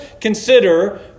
consider